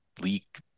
leak